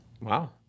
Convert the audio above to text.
Wow